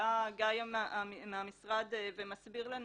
מהמשרד ומסביר לנו